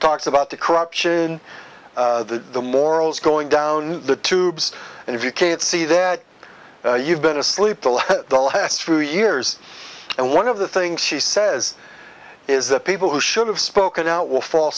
talks about the corruption in the morals going down the tubes and if you can't see that you've been asleep a lot the last few years and one of the things she says is the people who should have spoken out will fall